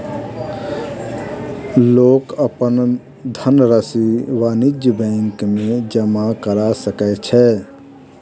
लोक अपन धनरशि वाणिज्य बैंक में जमा करा सकै छै